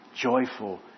joyful